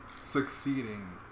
succeeding